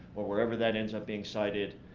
or wherever that ends up being sited,